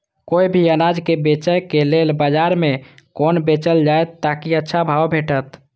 कोय भी अनाज के बेचै के लेल बाजार में कोना बेचल जाएत ताकि अच्छा भाव भेटत?